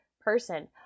person